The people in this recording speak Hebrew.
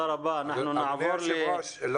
אנחנו נעבור ל -- אדוני היו"ר לא